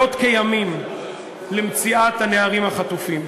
עושים עכשיו לילות כימים למציאת הנערים החטופים.